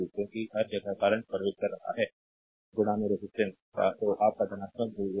क्योंकि हर जगह करंट प्रवेश कर रहा है रेजिस्टेंस का तो आप का धनात्मक ध्रुवता